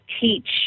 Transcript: teach